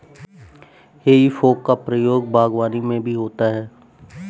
हेइ फोक का प्रयोग बागवानी में भी होता है